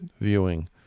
viewing